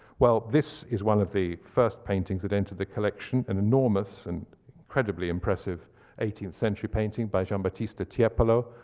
well, this is one of the first paintings that entered the collection, and enormous and incredibly impressive eighteenth century painting by gianbattista tiepolo,